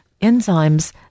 enzymes